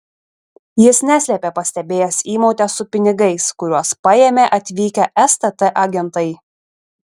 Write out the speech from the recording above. jis neslėpė pastebėjęs įmautę su pinigais kuriuos paėmė atvykę stt agentai